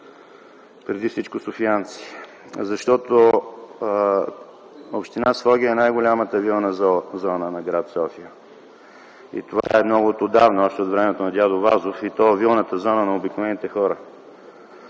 преди всичко софиянци, защото община Своге е най-голямата вилна зона на гр. София и това е много отдавна - още от времето на Дядо Вазов, и то вилната зона на обикновените хора,